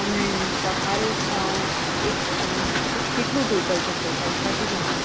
અને તમારે એક એટલે કેટલું ટોટલ થશે પૈસા કેટલા